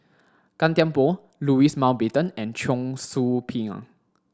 Gan Thiam Poh Louis Mountbatten and Cheong Soo Pieng